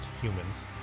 humans